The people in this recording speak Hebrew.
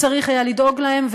צריך היה לדאוג להם,